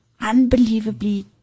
unbelievably